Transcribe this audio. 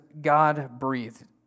God-breathed